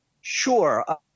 Sure